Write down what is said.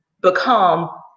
become